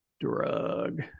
drug